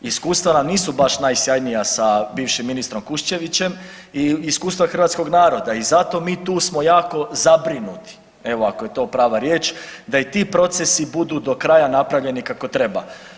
Iskustva nam nisu baš najsjajnija sa bivšim ministrom Kuščevićem i iskustva hrvatskog naroda i zato mi tu smo jako zabrinuti, evo, ako je to prava riječ, da i ti procesi budu do kraja napravljeni kako treba.